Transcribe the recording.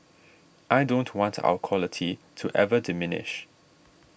I don't want our quality to ever diminish